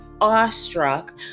awestruck